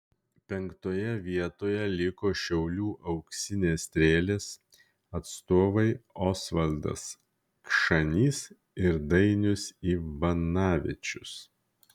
penktoje vietoje liko šiaulių auksinės strėlės atstovai osvaldas kšanys ir dainius ivanavičius